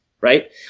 right